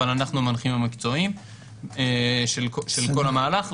אבל אנחנו המנחים המקצועיים של כל המהלך.